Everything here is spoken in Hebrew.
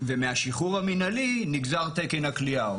ומהשחרור המנהלי נגזר תקן הכליאה.